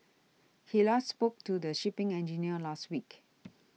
he last spoke to the shipping engineer last week